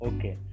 Okay